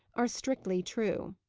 are strictly true.